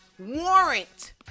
warrant